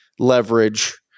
Leverage